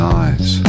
eyes